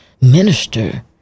minister